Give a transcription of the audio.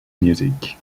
music